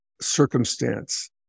circumstance